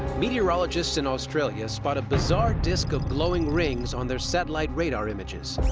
meteorologists in australia spot a bizarre disc of glowing rings on their satellite radar images.